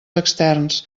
externs